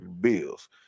bills